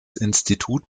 institut